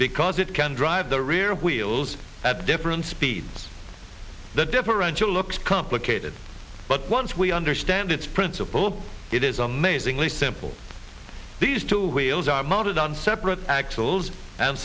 because it can drive the rear wheels at different speeds the differential looks complicated but once we understand its principle it is amazingly simple these two wheels are mounted on separate axles and